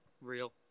real